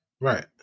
right